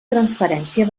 transferència